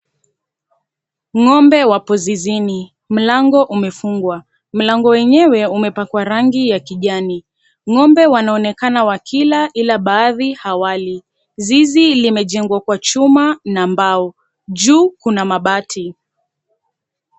Ng'ombe wapo zizini. Mlango umefungwa. Mlango wenyewe umepakwa rangi ya kijani. Ng'ombe wanaonekana wakila ila baadhi hawali. Zizi limejengwa kwa chuma na mbao. Juu kuna mabati.